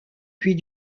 puis